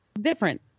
different